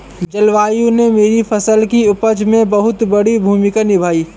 जलवायु ने मेरी फसल की उपज में बहुत बड़ी भूमिका निभाई